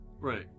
Right